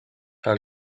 her